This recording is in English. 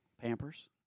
pampers